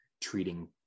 treating